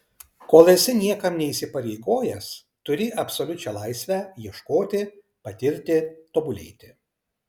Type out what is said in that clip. kol esi niekam neįsipareigojęs turi absoliučią laisvę ieškoti patirti tobulėti